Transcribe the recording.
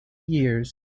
years